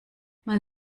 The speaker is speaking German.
mal